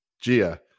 Gia